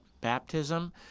baptism